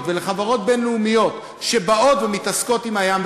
ולחברות בין-לאומיות שבאות ומתעסקות עם הים,